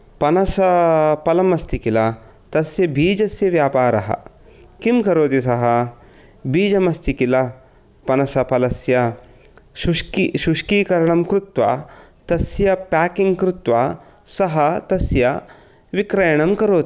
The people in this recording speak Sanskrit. पनासफलम् अस्ति किल तस्य बीजस्य व्यापारः किं करोति सः बीजम् अस्ति कील पनासफलस्य शुष्की शुष्कीकरणं कृत्वा तस्य पाक्किङ्ग् कृत्वा सः तस्य विक्रयणं करोति